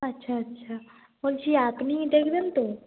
আচ্ছা আচ্ছা বলছি আপনিই দেখবেন তো